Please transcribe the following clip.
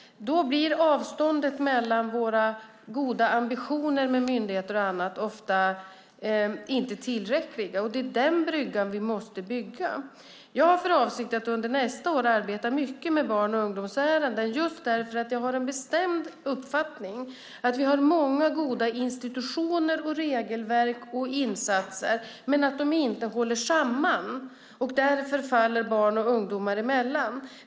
Då blir avståndet till våra goda ambitioner hos myndigheter och andra inte tillräckligt kort, och det är den bryggan vi måste bygga. Jag har för avsikt att under nästa år arbeta mycket med barn och ungdomsärenden just därför att jag har en bestämd uppfattning att vi har många goda institutioner, regelverk och insatser men att de inte hålls samman. Därför faller barn och ungdomar emellan.